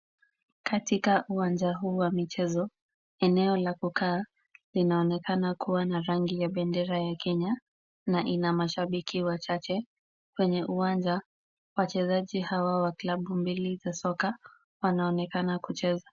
Katika uwanja huu wa michezo, eneo la kukaaa linaonekana kuwa na rangi ya bendera ya Kenya na ina mashabiki wachache. Kwenye uwanja, wachezaji hawa wa klabu mbili za soka wanaonekana kucheza.